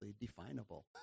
definable